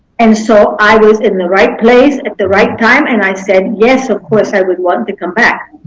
and so i was in the right place at the right time and i said yes, of course i would want to come back.